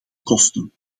kosten